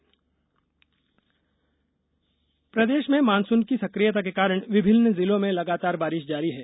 मौसम प्रदेश में मानसून की सक्रियता के कारण विभिन्न जिलों में लगातार बारिश जारी है